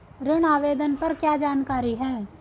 ऋण आवेदन पर क्या जानकारी है?